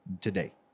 today